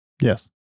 Yes